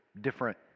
different